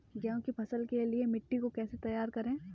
गेहूँ की फसल के लिए मिट्टी को कैसे तैयार करें?